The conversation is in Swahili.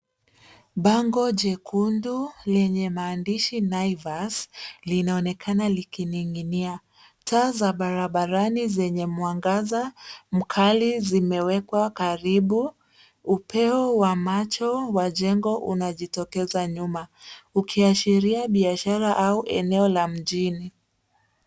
Bango njekundu lenye maadashi Naivas, linaonekana likininginia. Taa za barabarani zenye mwangaza mkali zimewekwa karibu, upeo wa macho wa jengo unanjitokeza nyuma ukiashiria biashara au eneo la mjini.